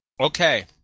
Okay